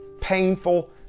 painful